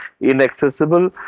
inaccessible